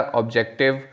objective